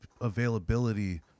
availability